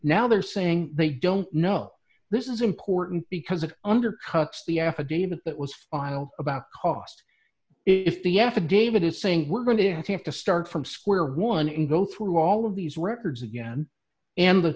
now they're saying they don't know this is important because it undercuts the affidavit that was filed about cost if the affidavit is saying we're going to have to start from square one dollar and go through all of these records again and the